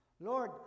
Lord